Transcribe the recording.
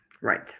Right